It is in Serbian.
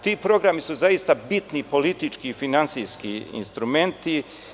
Ti programi su zaista bitni politički i finansijski instrument.